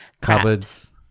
Cupboards